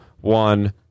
one